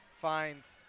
finds